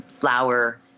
flower